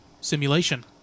simulation